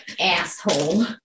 Asshole